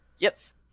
Yes